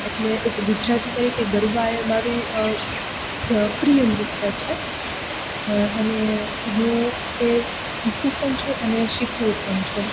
એટલે એક ગુજરાતી તરીકે ગરબા એ મારુ પ્રિય નૃત્ય છે અને હું તે શીખું પણ છું અને શીખવું પણ છું